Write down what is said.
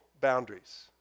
boundaries